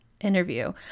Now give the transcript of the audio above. interview